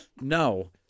no